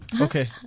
Okay